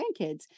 grandkids